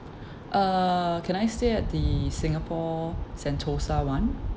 uh can I stay at the singapore sentosa [one]